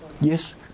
Yes